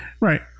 right